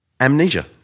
amnesia